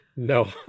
No